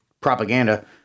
propaganda